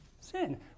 sin